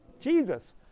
Jesus